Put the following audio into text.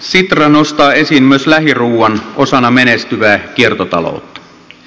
sitra nostaa esiin myös lähiruuan osana menestyvää kiertotaloutta